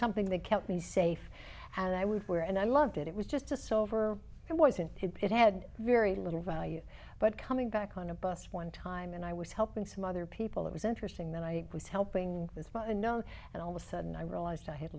something that kept me safe and i would wear and i loved it it was just a silver and wasn't it had very little value but coming back on a bus one time and i was helping some other people it was interesting that i was helping this but you know and all the sudden i realized i had